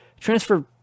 transfer